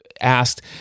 asked